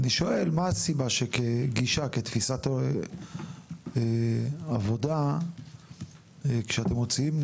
אני שואל מה הסיבה שכתפיסת עבודה כשאתם מוציאים